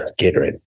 Gatorade